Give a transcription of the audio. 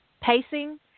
pacing